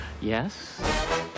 Yes